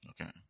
Okay